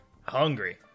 Hungry